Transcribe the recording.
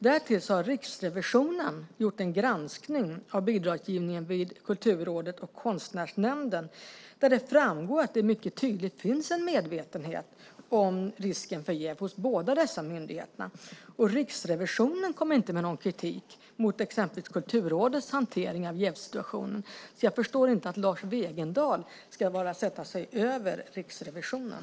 Därtill har Riksrevisionen gjort en granskning av bidragsgivningen vid Kulturrådet och Konstnärsnämnden där det framgår att det mycket tydligt finns en medvetenhet om risken för jäv hos båda dessa myndigheter. Riksrevisionen kom inte med någon kritik mot exempelvis Kulturrådets hantering av jävsituationen. Jag förstår inte att Lars Wegendal ska sätta sig över Riksrevisionen.